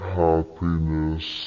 happiness